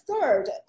third